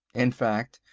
in fact,